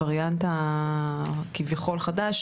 הווריאנט כביכול חדש,